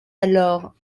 alors